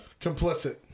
Complicit